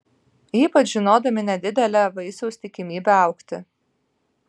ypač žinodami nedidelę vaisiaus tikimybę augti